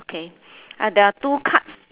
okay ah there are two cards